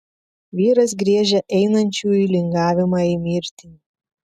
vyras griežia einančiųjų lingavimą į mirtį